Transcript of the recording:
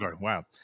wow